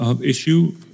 Issue